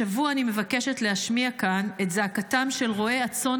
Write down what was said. השבוע אני מבקשת להשמיע כאן את זעקתם של רועי הצאן